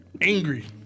Angry